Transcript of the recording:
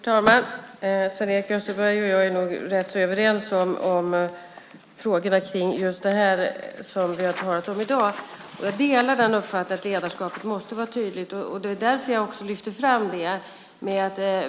Fru talman! Sven-Erik Österberg och jag är nog rätt överens om just detta som vi har talat om i dag. Jag delar uppfattningen att ledarskapet måste vara tydligt. Därför lyfte jag också fram det.